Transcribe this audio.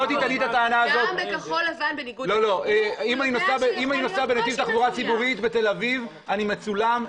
אם אני נוסע בנתיב תחבורה ציבורית בתל אביב ומצולם,